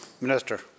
Minister